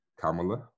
Kamala